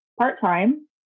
part-time